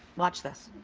watch this.